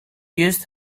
used